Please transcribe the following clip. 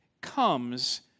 comes